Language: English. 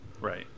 Right